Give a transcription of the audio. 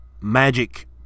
magic